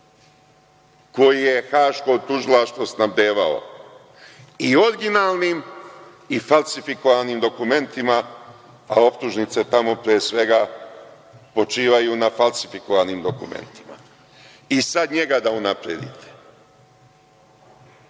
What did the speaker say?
koji je haško tužilaštvo snabdevao i originalnim i falsifikovanim dokumentima, a optužnice tamo, pre svega, počivaju na falsifikovanim dokumentima i sada njega da unapredite. Na